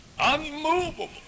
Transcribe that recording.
unmovable